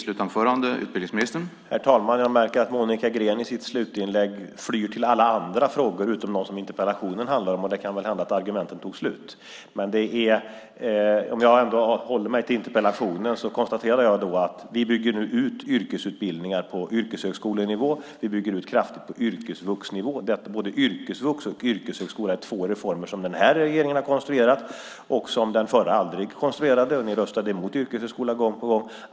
Herr talman! Jag märker att Monica Green i sitt slutinlägg flyr till alla andra frågor än de som interpellationen handlar om. Det kan hända att argumenten tog slut. Håller jag mig till interpellationen konstaterar jag att vi bygger ut yrkesutbildningar på yrkeshögskolenivå och på yrkesvuxnivå. Både yrkesvux och yrkeshögskola är två reformer som denna regering har konstruerat och som den förra aldrig konstruerade. Ni röstade emot yrkeshögskola gång på gång.